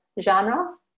genre